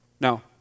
Now